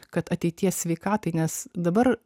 kad ateities sveikatai nes dabar